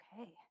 Okay